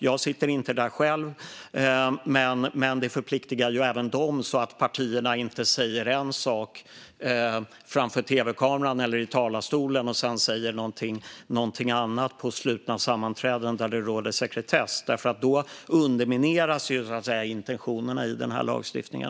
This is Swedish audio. Jag sitter inte där själv, men det förpliktar även dem så att partierna inte säger en sak framför tv-kamerorna eller i talarstolen och sedan säger något annat på slutna sammanträden där det råder sekretess. Då undermineras intentionerna i lagstiftningen.